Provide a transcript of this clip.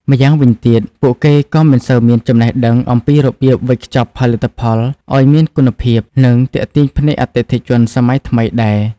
ម្យ៉ាងវិញទៀត ពួកគេក៏មិនសូវមានចំណេះដឹងអំពីរបៀបវេចខ្ចប់ផលិតផលឱ្យមានគុណភាព និងទាក់ទាញភ្នែកអតិថិជនសម័យថ្មីដែរ។